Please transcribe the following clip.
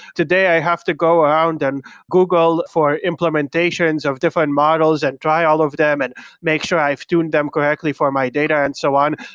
today i have to go around and google for implementations of different models and try all of them and make sure i have tuned them correctly for my data and so on,